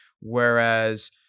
whereas